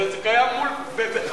זה שקר וכזב.